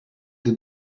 did